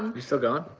you still going?